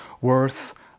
worth